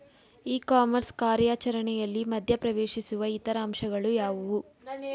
E commerce ಕಾರ್ಯಾಚರಣೆಯಲ್ಲಿ ಮಧ್ಯ ಪ್ರವೇಶಿಸುವ ಇತರ ಅಂಶಗಳು ಯಾವುವು?